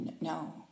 no